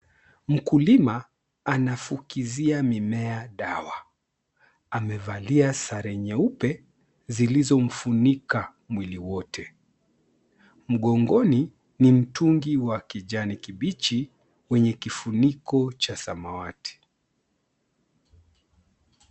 Mkulima anafukizia mimea dawa. Amevalia sare nyeupe zilizomfunika mwili wote. Mgongoni ni mtungi wa kijani kibichi wenye kifuniko cha samawati.